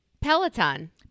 Peloton